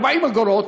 40 אגורות,